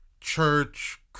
church